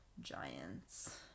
giants